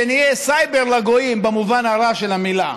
שנהיה סייבר לגויים במובן הרע של המילה.